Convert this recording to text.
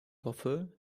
hoffe